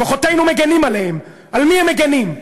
כוחותינו מגִנים עליהם, על מי הם מגִנים?